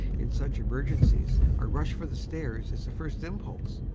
in such emergencies a rush for the stairs is the first impulse.